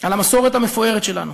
על המסורת המפוארת שלנו,